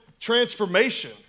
transformation